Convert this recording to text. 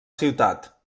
ciutat